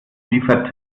liefert